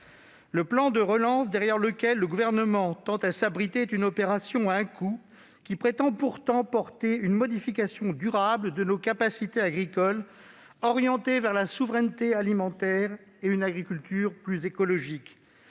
Le plan de relance derrière lequel le Gouvernement tend à s'abriter est une opération à un coup qui prétend pourtant porter une modification durable de nos capacités agricoles orientée vers la souveraineté alimentaire et une agriculture plus écologique.